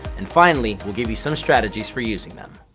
and finally, we'll give you some strategies for using them.